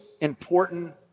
important